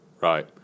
Right